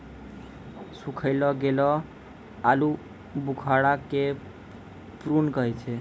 सुखैलो गेलो आलूबुखारा के प्रून कहै छै